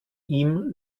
ihm